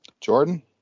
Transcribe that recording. Jordan